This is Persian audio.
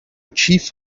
کیف